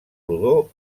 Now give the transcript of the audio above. rodó